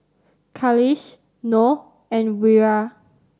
Khalish Noh and Wira